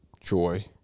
joy